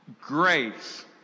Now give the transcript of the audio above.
Grace